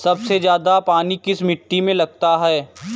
सबसे ज्यादा पानी किस मिट्टी में लगता है?